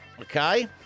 okay